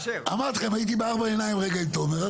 אמרתי לכם, אני דיברתי בארבע עיניים רגע עם תומר.